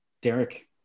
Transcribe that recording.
Derek